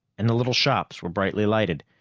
and the little shops were brightly lighted.